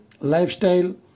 lifestyle